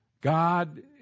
God